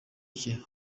cye